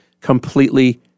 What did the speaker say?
completely